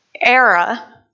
era